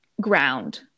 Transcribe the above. ground